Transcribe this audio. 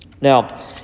Now